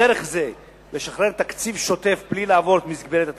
ודרך זה לשחרר תקציב שוטף בלי לעבור את מסגרת התקציב,